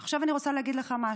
עכשיו, אני רוצה להגיד לך משהו.